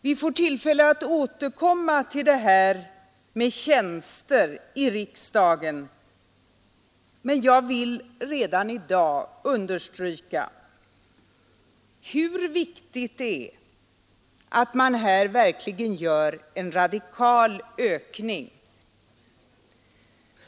Vi får tillfälle att här i riksdagen återkomma till detta med tjänster, men jag vill redan i dag understryka hur viktigt det är att man här verkligen gör en radikal ökning.